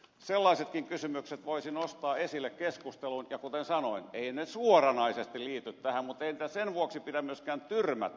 sellaisetkin kysymykset voisi nostaa esille keskusteluun ja kuten sanoin eivät ne suoranaisesti liity tähän mutta ei niitä sen vuoksi pidä myöskään tyrmätä